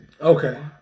Okay